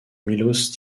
miloš